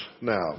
now